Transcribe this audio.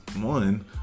one